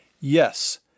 Yes